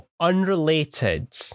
Unrelated